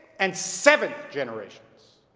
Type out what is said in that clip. and seventh generations.